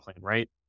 right